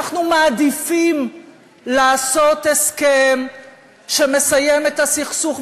אנחנו מעדיפים לעשות הסכם שמסיים את הסכסוך,